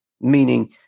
meaning